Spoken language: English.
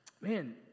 man